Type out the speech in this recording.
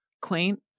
quaint